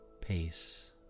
peace